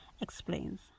explains